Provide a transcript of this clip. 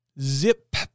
zip